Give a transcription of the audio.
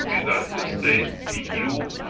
united states, eu.